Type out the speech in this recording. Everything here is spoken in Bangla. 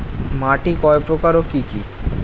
মাটি কয় প্রকার ও কি কি?